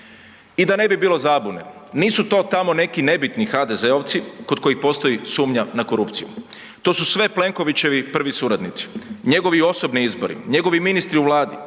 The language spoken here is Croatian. I da ne bi bilo zabune, nisu to tamo neki nebitni HDZ-ovci kod kojih postoji sumnja na korupciju, to su sve Plenkovićevi prvi suradnici, njegovi osobni izbori, njegovi ministri u Vladi